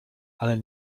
ale